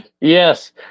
yes